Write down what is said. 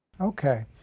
Okay